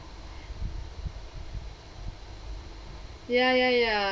ya ya ya